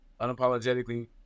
unapologetically